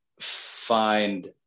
find